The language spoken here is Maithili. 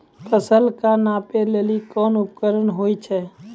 फसल कऽ नापै लेली कोन उपकरण होय छै?